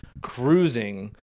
cruising